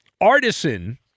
artisan